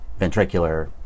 ventricular